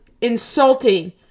insulting